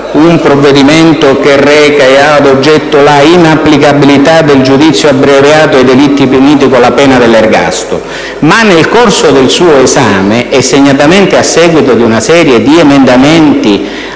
un provvedimento che reca e ha ad oggetto la inapplicabilità del giudizio abbreviato ai delitti puniti con la pena dell'ergastolo, ma nel corso del suo esame e, segnatamente, a seguito dell'approvazione di una serie di emendamenti,